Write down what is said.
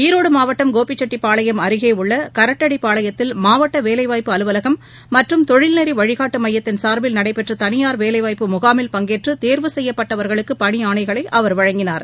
ஈரோடு மாவட்டம் கோபிசெட்டிபாளையம் அருகே உள்ள கரட்டடிபாளையத்தில் மாவட்ட வேலைவாய்ப்பு அலுவலகம் மற்றும் தொழில்நெறி வழிகாட்டு மையத்தின் சா்பில் நடைபெற்ற தனியார் வேலைவாய்ப்பு முகாமில் பங்கேற்று தேர்வு செய்யப்பட்டவர்களுக்கு பனி ஆணைகளை அவர் வழங்கினார்